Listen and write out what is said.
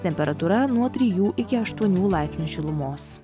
temperatūra nuo trijų iki aštuonių laipsnių šilumos